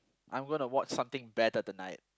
I'm gonna watch something better tonight